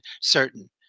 certain